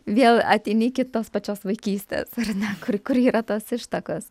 vėl ateini iki tos pačios vaikystes ar ne kur kur yra tos ištakos